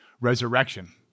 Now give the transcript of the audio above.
resurrection